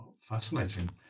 Fascinating